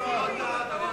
שר הביטחון לא טעה.